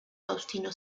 faustino